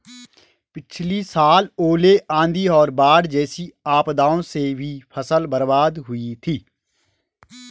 पिछली साल ओले, आंधी और बाढ़ जैसी आपदाओं से भी फसल बर्बाद हो हुई थी